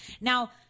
now